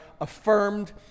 affirmed